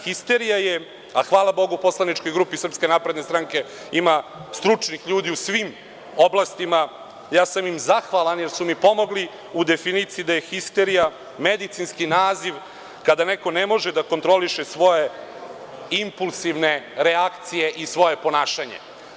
Histerija je, a hvala Bogu u SNS ima stručnih ljudi u svim oblastima i ja sam im zahvalan, jer su mi pomogli u definiciji da je histerija medicinski naziv kada neko ne može da kontroliše svoje impulsivne reakcije i svoje ponašanje.